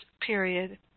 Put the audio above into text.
period